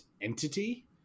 entity